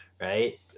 right